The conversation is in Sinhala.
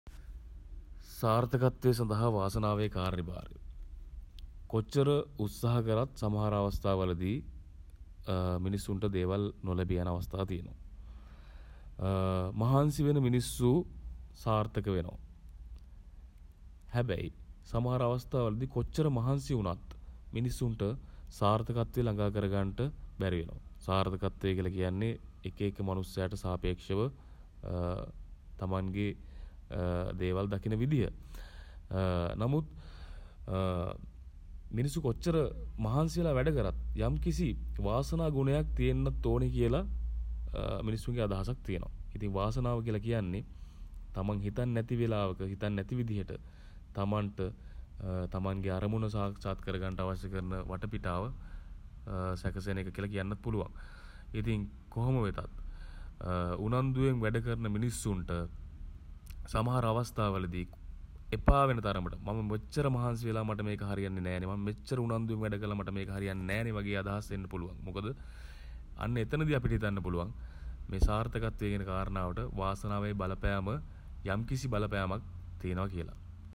සාර්ථකත්වය සඳහා වාසනාවේ කාර්යභාරය කොච්චර උත්සාහ කළත් සමහර අවස්ථාවලදී මිනිස්සුන්ට දේවල් නොලැබී යන අවස්ථා තියෙනවා. මහන්සි වෙන මිනිස්සු සාර්ථක වෙනවා. හැබැයි සමහර අවස්ථාවලදී කොච්චර මහන්සි වුණත් මිනිස්සුන්ට සාර්ථකත්වය ළඟා කරගන්ට බැරි වෙනවා. සාර්ථකත්වය කියන්නේ එක එක මනුස්සයාට සාපේක්ෂව තමන්ගේ දේවල් දකින විදිය නමුත් මිනිස්සු කොච්චර මහන්සි වෙලා වැඩ කරත් යම්කිසි වාසනා ගුණයක් තියෙන්නත් ඕනි කියල මිනිස්සුන්ගෙ අදහසක් තියෙනවා. ඉතින් වාසනාව කියල කියන්නෙ තමන් හිතන් නැති වෙලාවක හිතන් නැති විදිහට තමන්ට තමන්ගේ අරමුණ සාක්ෂාත් කර ගන්න අවශ්‍ය වටපිටාව සැකසෙන එක කියල කියන්නත් පුලුවන්. ඉතින් කොහොම වෙතත් උනන්දුවෙන් වැඩ කරන මිනිස්සුන්ට සමහර අවස්ථාවලදී එපා වෙන තරමට මම කොච්චර මහන්සි වෙලා මට මේක හරියන්නේ නෑනේ මම මෙච්චර උනන්දුවෙන් වැඩ කරල මට මේක හරියන්නේ නෑනේ වගේ අදහස් එන්න පුළුවන්. මොකද අන්න එතැනදී අපිට හිතන්න පුළුවන් මේ සාර්ථකත්වය කියන කාරණාවට වාසනාවේ යම්කිසි බලපෑමක් තියෙනව කියලා.